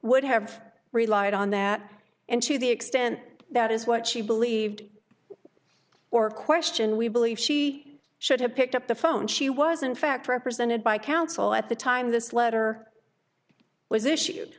would have relied on that and to the extent that is what she believed or question we believe she should have picked up the phone she was in fact represented by counsel at the time this letter was